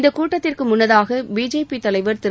இந்தக் கூட்டத்திற்கு முன்னதாக பிஜேபி தலைவர் திரு